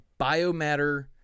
biomatter